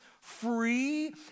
free